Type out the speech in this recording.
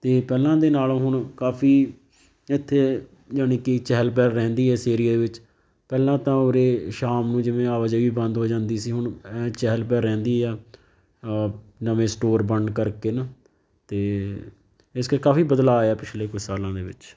ਅਤੇ ਪਹਿਲਾਂ ਦੇ ਨਾਲੋਂ ਹੁਣ ਕਾਫ਼ੀ ਇੱਥੇ ਜਾਣੀ ਕਿ ਚਹਿਲ ਪਹਿਲ ਰਹਿੰਦੀ ਹੈ ਇਸ ਏਰੀਏ ਵਿੱਚ ਪਹਿਲਾਂ ਤਾਂ ਉਰੇ ਸ਼ਾਮ ਨੂੰ ਜਿਵੇਂ ਆਵਾਜਾਈ ਵੀ ਬੰਦ ਹੋ ਜਾਂਦੀ ਸੀ ਹੁਣ ਅ ਚਹਿਲ ਪਹਿਲ ਰਹਿੰਦੀ ਆ ਨਵੇਂ ਸਟੋਰ ਬਣਨ ਕਰਕੇ ਨਾ ਅਤੇ ਇਸ ਕਰਕੇ ਕਾਫ਼ੀ ਬਦਲਾਅ ਆਇਆ ਪਿਛਲੇ ਕੁਛ ਸਾਲਾਂ ਦੇ ਵਿੱਚ